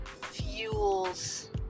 fuels